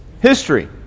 history